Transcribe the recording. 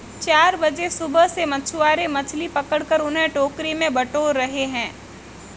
चार बजे सुबह से मछुआरे मछली पकड़कर उन्हें टोकरी में बटोर रहे हैं